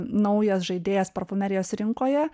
naujas žaidėjas parfumerijos rinkoje